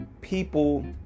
people